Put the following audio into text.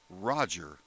Roger